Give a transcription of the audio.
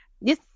Yes